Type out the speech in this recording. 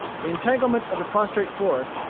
the entanglement of the prostrate forest,